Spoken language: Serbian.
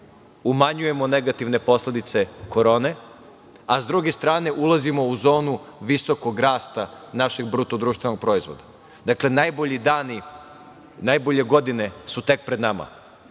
umanjujemo negativne posledice korone, a sa druge strane ulazimo u zonu visokog rasta našeg BDP. Dakle, najbolji dani, najbolje godine su tek pred